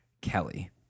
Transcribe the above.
Kelly